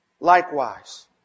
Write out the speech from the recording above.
Likewise